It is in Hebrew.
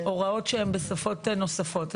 הוראות שהן בשפות נוספות.